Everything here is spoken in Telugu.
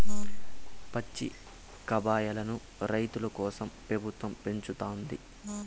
పచ్చికబయల్లను రైతుల కోసరం పెబుత్వం పెంచుతుండాది